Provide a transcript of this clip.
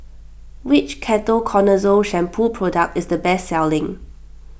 which Ketoconazole Shampoo product is the best selling